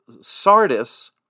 Sardis